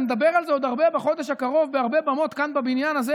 ונדבר על זה בחודש הקרוב בהרבה במות כאן בבניין הזה,